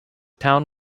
town